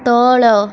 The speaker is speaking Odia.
ତଳ